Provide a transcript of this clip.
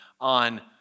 on